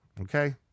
okay